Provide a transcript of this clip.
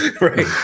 Right